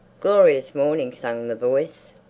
glorious morning! sang the voice.